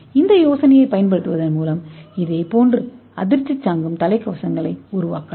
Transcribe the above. இந்த யோசனையைப் பயன்படுத்துவதன் மூலம் இதேபோன்ற அதிர்ச்சி பார்வையாளர்கள் அல்லது தலைக்கவசங்களை உருவாக்கலாம்